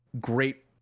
great